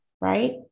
right